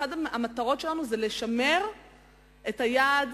אחת המטרות שלנו היא לשמר את היעד